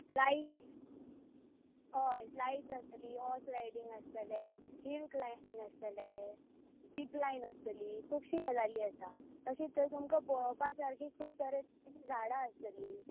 slides हय slides आसतली horse riding आसतलें हील क्लायमींग आसतलें झीप लायन आसतली खुबशी गजाली आसा तशें थंय तुमकां पळोवपा सारकी खूब तरे तरेचीं झाडां आसतलीं